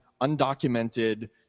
undocumented